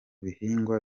bihingwa